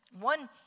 one